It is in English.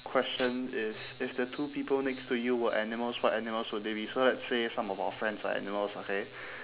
question is if the two people next to you were animals what animals would they be so let's say some of our friends are animals okay